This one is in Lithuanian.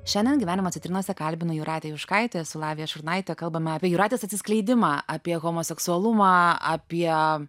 šiandien gyvenimo citrinose kalbinu jūratę juškaitę esu lavija šurnaitė kalbame apie jūratės atsiskleidimą apie homoseksualumą apie